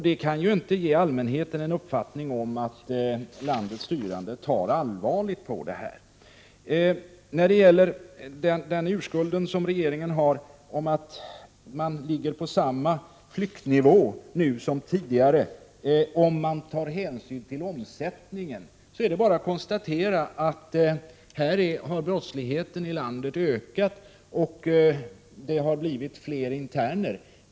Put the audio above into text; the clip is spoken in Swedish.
Det kan ju inte ge allmänheten den uppfattningen att landets styrande tar allvarligt på problemet. När det gäller urskulden som regeringen har, att man ligger på samma rymningsnivå nu som tidigare med hänsyn till omsättningen, kan man bara konstatera att brottsligheten i landet har ökat, vilket har medfört fler interner.